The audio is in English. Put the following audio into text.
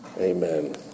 amen